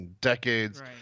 decades